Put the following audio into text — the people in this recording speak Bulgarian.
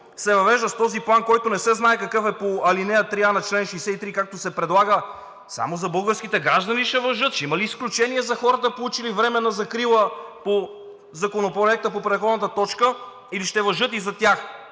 се въвеждат с този план, за който не се знае по ал. 3а, чл. 63, както се предлага, само за българските граждани ли ще важат, ще има ли изключения за хората, получили временна закрила по Законопроекта по предходната точка, или ще важат и за тях